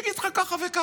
הוא יגיד לך ככה וככה,